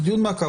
זה דיון מעקב.